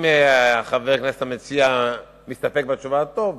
אם חבר הכנסת המציע מסתפק בתשובה, מה טוב.